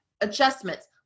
adjustments